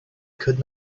could